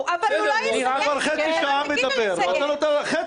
חצי שעה